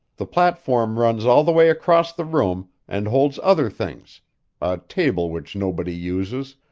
the platform runs all the way across the room and holds other things a table which nobody uses,